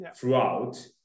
throughout